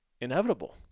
inevitable